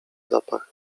zapach